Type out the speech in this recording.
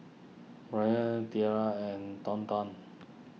Braelyn Tatia and Thornton